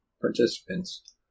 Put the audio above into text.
participants